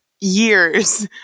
years